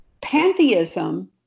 Pantheism